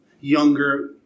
younger